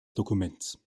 dokuments